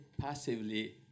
passively